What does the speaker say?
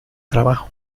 trabajo